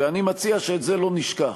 ואני מציע שאת זה לא נשכח,